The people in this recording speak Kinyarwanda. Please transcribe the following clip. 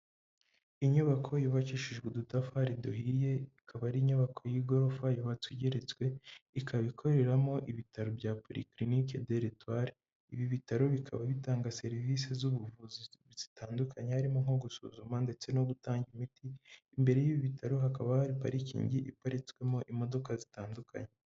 Inyubako yubakishijwe udutafari duhiye, ikaba ari inyubako y'igorofa yubatse igeretswe, ikaba ikoreramo ibitaro bya polyclinique de l'etoile. Ibi bitaro bikaba bitanga serivisi z'ubuvuzi zitandukanye, harimo nko gusuzuma ndetse no gutanga imiti. Imbere y'ibi bitaro hakaba hari parikingi iparitswemo imodoka zitandukanye.